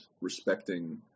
respecting